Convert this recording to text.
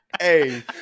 Hey